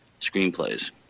screenplays